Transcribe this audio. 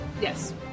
Yes